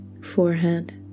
forehead